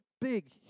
big